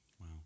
Wow